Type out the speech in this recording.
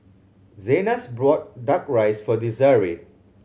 Zenas bought Duck Rice for Desirae